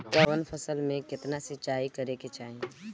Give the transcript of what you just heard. कवन फसल में केतना सिंचाई करेके चाही?